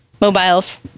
Mobiles